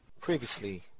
Previously